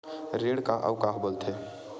ऋण का अउ का बोल थे?